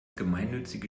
gemeinnützige